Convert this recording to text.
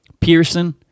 Pearson